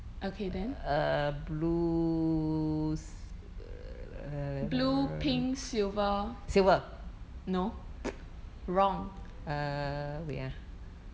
okay then blue pink silver no wrong